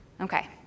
Okay